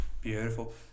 Beautiful